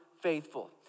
faithful